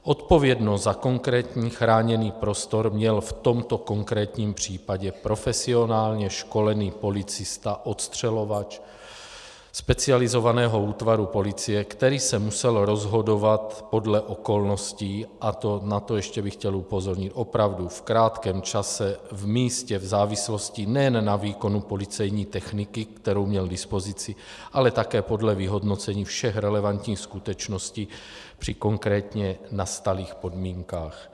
Odpovědnost za konkrétní chráněný prostor měl v tomto konkrétním případě profesionálně školený policista, odstřelovač specializovaného útvaru policie, který se musel rozhodovat podle okolností, a chtěl bych upozornit, opravdu v krátkém čase v místě v závislosti nejen na výkonu policejní techniky, kterou měl k dispozici, ale také podle vyhodnocení všech relevantních skutečností při konkrétně nastalých podmínkách.